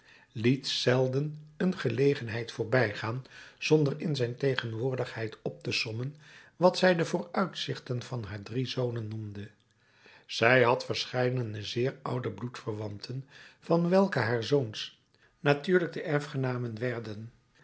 liet zelden een gelegenheid voorbijgaan zonder in zijn tegenwoordigheid op te sommen wat zij de vooruitzichten van haar drie zonen noemde zij had verscheiden zeer oude bloedverwanten van welke haar zoons natuurlijk de erfgenamen werden